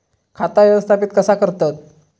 खाता व्यवस्थापित कसा करतत?